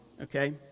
Okay